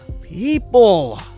People